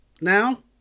Now